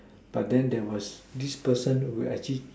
but then there was this person who actually